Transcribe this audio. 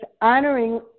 honoring